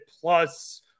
plus